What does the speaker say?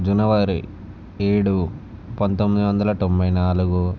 జనవరి ఏడు పంతొమ్మిది వందల తొంభై నాలుగు